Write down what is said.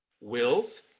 wills